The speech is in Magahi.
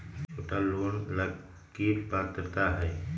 छोटा लोन ला की पात्रता है?